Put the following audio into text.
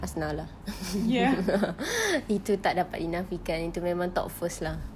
asnah lah itu tak dapat dinafikan itu memang top first lah